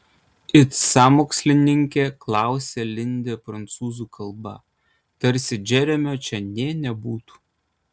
it sąmokslininkė klausia lindė prancūzų kalba tarsi džeremio čia nė nebūtų